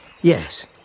Yes